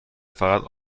فقط